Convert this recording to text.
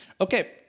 Okay